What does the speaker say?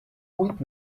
with